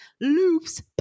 Loops